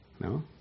no